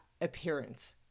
appearance